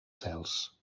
cels